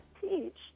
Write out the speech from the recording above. teach